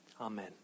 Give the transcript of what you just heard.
Amen